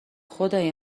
خدای